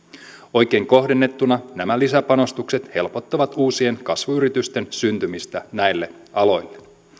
oikein kohdennettuina nämä lisäpanostukset helpottavat uusien kasvuyritysten syntymistä näille aloille